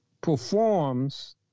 performs